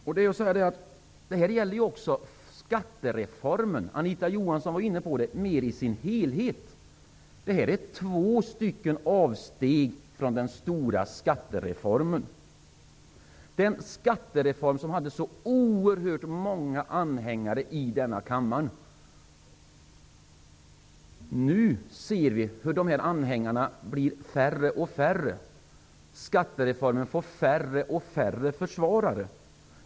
Jag vill säga att dessa avsteg gäller skattereformen i sin helhet. Anita Johansson var inne på detta. Det är två avsteg från den stora skattereform som hade så oerhört många anhängare i denna kammare. Nu ser vi hur anhängarna blir färre och färre. Skattereformen får färre och färre försvarare.